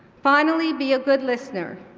finally, be a good listener.